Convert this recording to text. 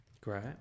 great